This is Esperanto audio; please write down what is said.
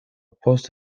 post